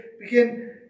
begin